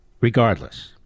Regardless